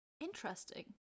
Interesting